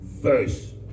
First